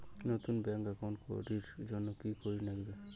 নতুন bank account করির জন্যে কি করিব নাগিবে?